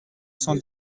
cent